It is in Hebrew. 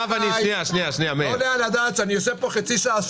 לא יעלה על הדעת שאני יושב פה חצי שעה,